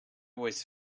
was